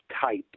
type